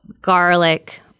garlic